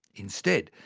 instead,